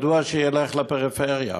מדוע שילך לפריפריה?